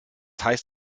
heißt